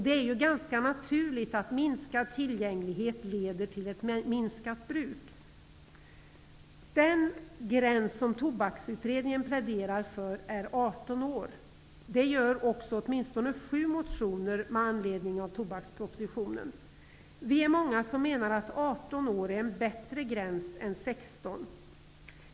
Det är ganska naturligt att minskad tillgänglighet leder till ett minskat bruk. Den gräns Tobaksutredningen pläderar för är 18 år. Det gör också åtminstone sju motionärer med anledning av tobakspropositionen. Vi är många som menar att 18 år är en bättre gräns än 16 år.